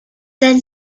then